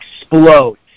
explode